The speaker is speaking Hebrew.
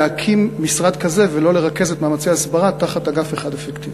להקים משרד כזה ולא לרכז את מאמצי ההסברה תחת אגף אחד אפקטיבי?